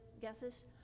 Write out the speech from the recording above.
guesses